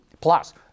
Plus